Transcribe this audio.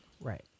Right